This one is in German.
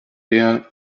der